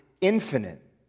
infinite